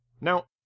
Now